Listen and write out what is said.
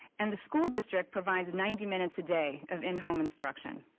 and the school district provides ninety minutes a day of in-home instruction.